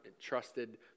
trusted